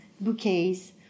bouquets